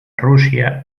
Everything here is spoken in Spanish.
rusia